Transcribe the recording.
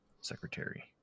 secretary